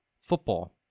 football